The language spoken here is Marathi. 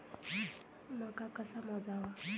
मका कसा मोजावा?